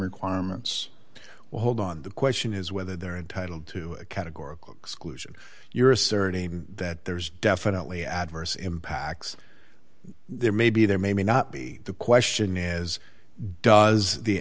requirements well hold on the question is whether they're entitled to a categorical exclusion you're asserting that there's definitely adverse impacts there may be there may not be the question is does the